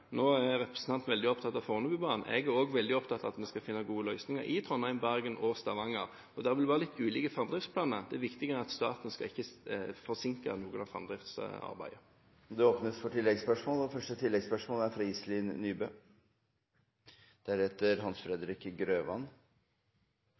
Nå er representanten veldig opptatt av Fornebubanen. Jeg er òg veldig opptatt av at vi skal finne gode løsninger i Trondheim, Bergen og Stavanger, og det vil være litt ulike framdriftsplaner. Det viktige er at staten ikke skal forsinke noe av